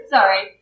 Sorry